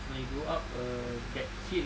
so when you go up err that hill